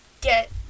get